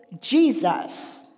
Jesus